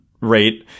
rate